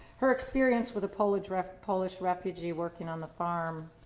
her experience with a polish refugee polish refugee working on the farm.